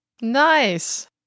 Nice